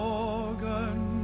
organ